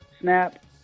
Snap